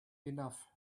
enough